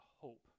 hope